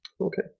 Okay